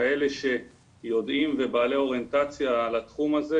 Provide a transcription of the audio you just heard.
כאלה שיודעים ובעלי אוריינטציה לתחום זה,